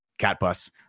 Catbus